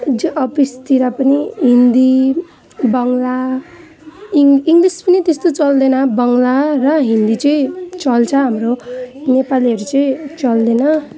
जो अफिसतिर पनि हिन्दी बङ्ला इङ् इङ्ग्लिस पनि त्यस्तो चल्दैन बङ्ला र हिन्दी चाहिँ चल्छ हाम्रो नेपालीहरू चाहिँ चल्दैन